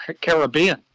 Caribbean